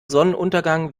sonnenuntergang